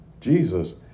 Jesus